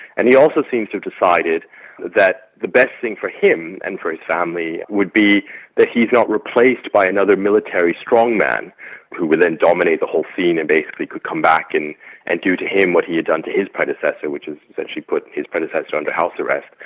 and he also seems to have decided that the best thing for him and for his family would be that he's not replaced by another military strong man who would then dominate the whole scene and basically could come back and and do to him what he had done to his predecessor, which is essentially put his predecessor under house arrest.